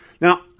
Now